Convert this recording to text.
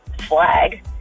flag